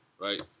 right